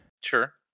Sure